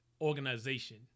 organization